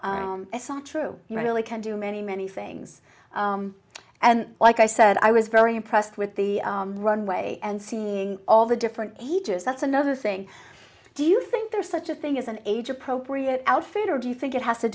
you really can do many many things and like i said i was very impressed with the runway and seeing all the different ages that's another thing do you think there's such a thing as an age appropriate outfit or do you think it has to